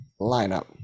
lineup